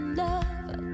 love